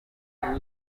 kumva